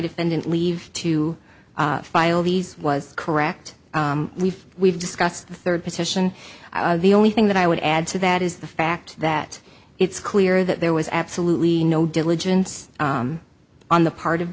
defendant leave to file these was correct we've we've discussed the third position the only thing that i would add to that is the fact that it's clear that there was absolutely no diligence on the part of